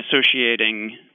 associating